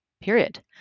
period